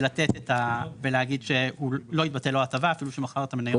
ולתת ולהגיד שלא תתבטל לו ההטבה אפילו שמכר את המניות.